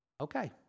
Okay